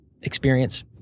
experience